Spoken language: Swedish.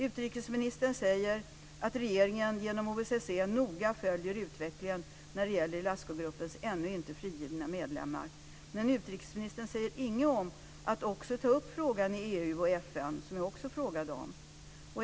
Utrikesministern säger att regeringen genom OS SE noga följer utvecklingen när det gäller Ilascugruppens ännu inte frigivna medlemmar. Men utrikesministern säger inget om att också ta upp frågan i EU och FN, som jag också frågade om.